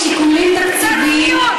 לסדר.